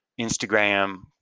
Instagram